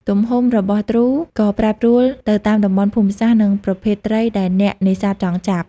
ទំហំរបស់ទ្រូក៏ប្រែប្រួលទៅតាមតំបន់ភូមិសាស្ត្រនិងប្រភេទត្រីដែលអ្នកនេសាទចង់ចាប់។